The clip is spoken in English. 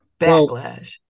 backlash